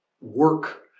work